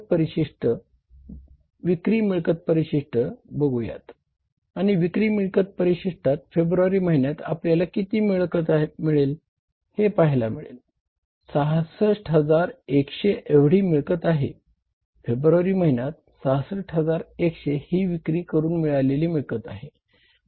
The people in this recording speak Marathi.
ही रक्कम 100 डॉलर्स आहे